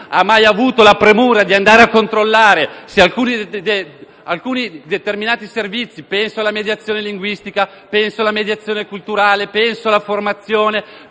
ha mai avuto la premura di andare a controllare se alcuni determinati servizi (penso alla mediazione linguistica, alla mediazione culturale, alla formazione,